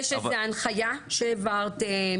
יש איזו הנחייה שהעברתם?